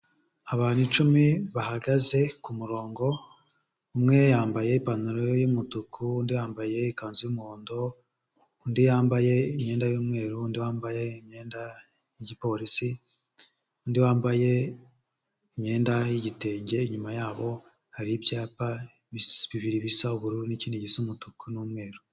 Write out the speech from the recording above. Abantu icumi bahagaze ku murongo. Umwe yambaye ipantaro y'umutuku, undi yambaye ikanzu y'umuhondo, undi yambaye imyenda y'umweru, undi wambaye imyenda y'igipolisi, undi wambaye imyenda y'igitenge. Inyuma yabo hari ibyapa bibiri bisa uburu n'ikindi gisa umutuku n'umweru.